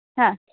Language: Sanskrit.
हा